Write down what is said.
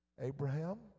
Abraham